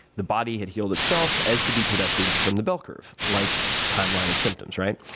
the body had healed itself, as could be predicted from the bell curve, like timeline of symptoms, right?